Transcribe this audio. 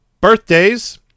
birthdays